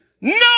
no